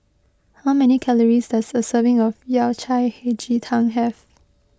how many calories does a serving of Yao Cai Hei Ji Tang have